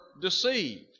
deceived